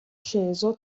sceso